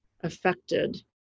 affected